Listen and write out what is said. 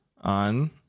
on